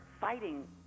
fighting